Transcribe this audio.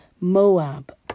Moab